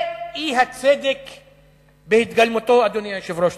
זה אי-צדק בהתגלמותו, אדוני היושב-ראש.